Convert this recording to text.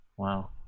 Wow